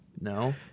No